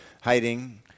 hiding